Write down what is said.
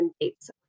dates